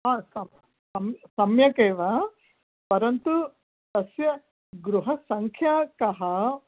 सम्यक् एव परन्तु तस्य गृहसंख्या का